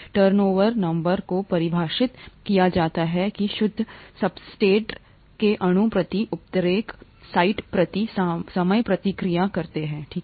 turnover number को परिभाषित किया जाता है कि शुद्ध सब्सट्रेट के अणु प्रति उत्प्रेरक साइट प्रति समय प्रतिक्रिया करते हैं ठीक है